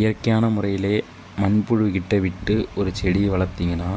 இயற்கையான முறையிலேயே மண்புழுக்கிட்ட விட்டு ஒரு செடி வளர்த்திங்கன்னா